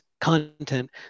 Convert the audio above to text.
content